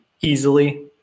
easily